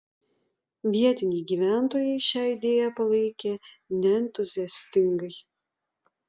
vietiniai gyventojai šią idėją palaikė neentuziastingai